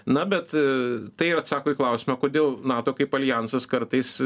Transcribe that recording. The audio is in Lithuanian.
na bet tai atsako į klausimą kodėl nato kaip aljansas kartais